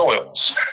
soils